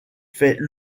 fait